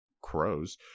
Crows